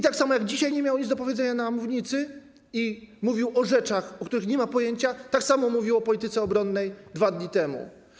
Tak jak dzisiaj nie miał nic do powiedzenia na mównicy i mówił o rzeczach, o których nie ma pojęcia, tak samo mówił o polityce obronnej 2 dni temu.